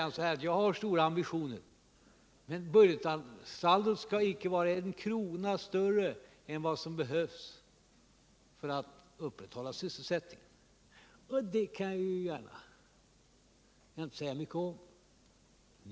Han säger att han har stora ambitioner och att budgetsaldot inte skall uppgå till en krona mer än som behövs för att upprätthålla sysselsättningen. Det kan jag inte säga mycket om.